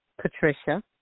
Patricia